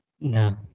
No